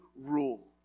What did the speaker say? rule